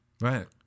right